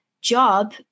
job